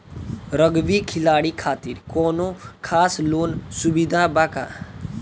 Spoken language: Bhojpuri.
रग्बी खिलाड़ी खातिर कौनो खास लोन सुविधा बा का?